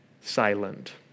silent